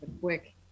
quick